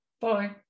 Bye